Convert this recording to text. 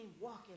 walking